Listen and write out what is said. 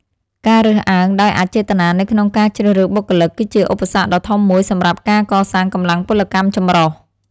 ការរើសអើងដោយអចេតនានៅក្នុងការជ្រើសរើសបុគ្គលិក គឺជាឧបសគ្គដ៏ធំមួយសម្រាប់ការកសាងកម្លាំងពលកម្មចម្រុះ។